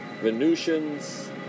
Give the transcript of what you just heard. Venusians